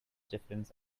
difference